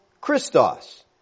Christos